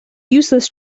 useless